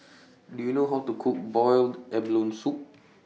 Do YOU know How to Cook boiled abalone Soup